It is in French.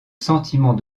sentiment